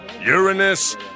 Uranus